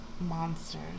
monsters